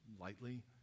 lightly